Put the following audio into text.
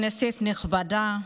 נכבדה,